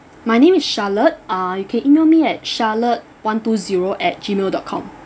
my name is charlotte uh you can email me at charlotte one two zero at gmail dot com